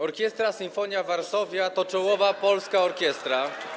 Orkiestra Sinfonia Varsovia to czołowa polska orkiestra.